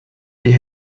die